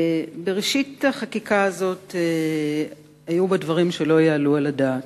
בראשית החקיקה הזאת היו בה דברים שלא יעלו על הדעת: